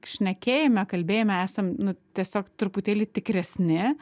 šnekėjime kalbėjime esam nu tiesiog truputėlį tikresni